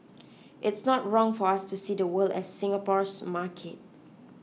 it's not wrong for us to see the world as Singapore's market